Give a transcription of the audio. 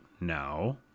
now